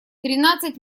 тринадцать